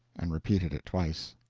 and repeated it twice.